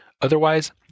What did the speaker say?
Otherwise